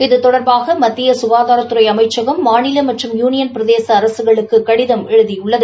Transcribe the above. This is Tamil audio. இதுதொடர்பாக மத்திய சுகாதாரத்துறை அமைச்சகம் மாநில மற்றும் யூனியன் பிரதேச அரசுகளுக்கு கடிதம் அனுப்பியுள்ளது